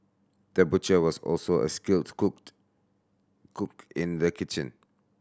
the butcher was also a skilled cooked cook in the kitchen